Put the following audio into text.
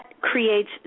creates